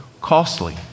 costly